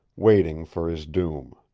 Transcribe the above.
waiting for his doom.